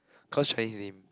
because Chinese name